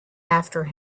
after